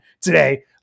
today